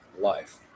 life